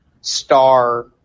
star